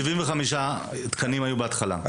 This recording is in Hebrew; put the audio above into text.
75 תקנים בהתחלה.